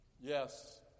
yes